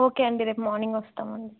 okay అండి రేపు morning వస్తాం అండి